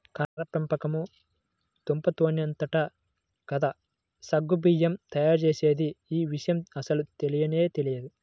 కర్ర పెండలము దుంపతోనేనంట కదా సగ్గు బియ్యం తయ్యారుజేసేది, యీ విషయం అస్సలు తెలియనే తెలియదు